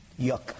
yuck